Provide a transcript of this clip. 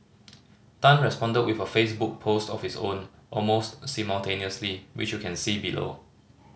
Tan responded with a Facebook post of his own almost simultaneously which you can see below